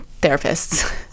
therapists